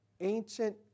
ancient